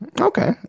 Okay